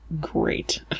great